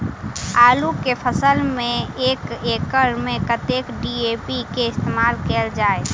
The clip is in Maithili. आलु केँ फसल मे एक एकड़ मे कतेक डी.ए.पी केँ इस्तेमाल कैल जाए?